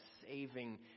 saving